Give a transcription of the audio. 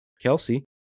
Kelsey